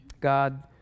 God